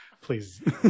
Please